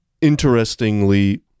interestingly